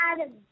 adam